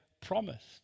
promised